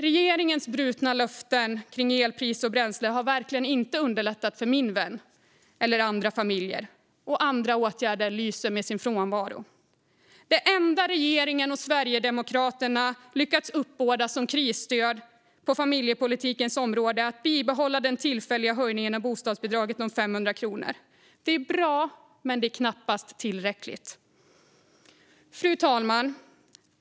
Regeringens brutna vallöften kring elpris och bränsle har verkligen inte underlättat för min vän eller andra familjer, och andra åtgärder lyser med sin frånvaro. Det enda regeringen och Sverigedemokraterna lyckats uppbåda som krisstöd på familjepolitikens område är att bibehålla den tillfälliga höjningen av bostadsbidraget om 500 kronor. Det är bra, men det är knappast tillräckligt. Fru talman!